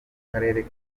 akarere